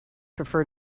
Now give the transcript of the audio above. prefer